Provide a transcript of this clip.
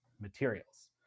materials